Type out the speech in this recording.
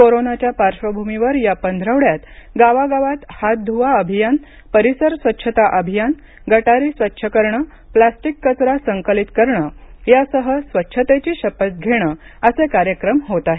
कोरोनाच्या पार्श्वभूमीवर या पंधरवड्यात गावागावात हात ध्र्वा अभियान परिसर स्वच्छता अभियान गटारी स्वच्छ करणं प्लास्टिक कचरा संकलित करणे यासह स्वच्छतेची शपथ घेणं असे कार्यक्रम होत आहेत